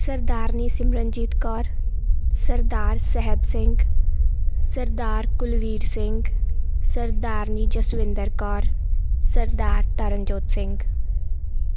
Sardarni Simranjeet Kaur Sardar Sahib Singh Sardar Kulvir Singh Sardarni Jaswinder Kaur Sardar Taranjot Singh